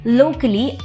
locally